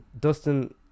Dustin